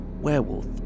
werewolf